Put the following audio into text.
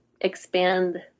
expand